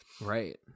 right